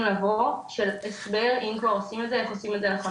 לבוא של הסבר אם כבר עושים את זה איך עושים את זה נכון,